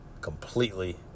completely